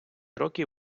роки